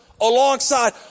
alongside